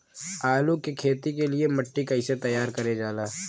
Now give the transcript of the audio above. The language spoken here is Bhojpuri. आलू की खेती के लिए मिट्टी कैसे तैयार करें जाला?